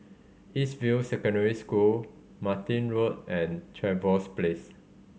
East View Secondary School Martin Road and Trevose Place